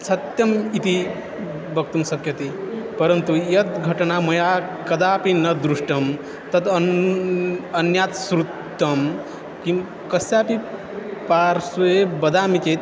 सत्यम् इति वक्तुं शक्यते परन्तु यद्घटना मया कदापि न दृष्टा तद् अन् अन्यात् श्रुता किं कस्यापि पार्श्वे वदामि चेत्